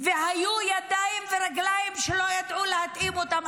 והיו ידיים ורגליים שלא ידעו להתאים אותם.